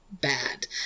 bad